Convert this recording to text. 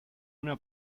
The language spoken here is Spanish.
una